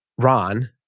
ron